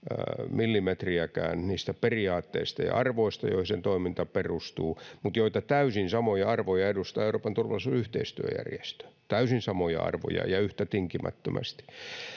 millimetriäkään niistä periaatteista ja ja arvoista joihin sen toiminta perustuu mutta joita täysin samoja arvoja edustaa euroopan turvallisuus ja yhteistyöjärjestö täysin samoja arvoja ja yhtä tinkimättömästi